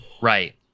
Right